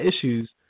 issues